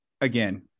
again